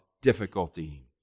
difficulty